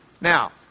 Now